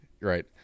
right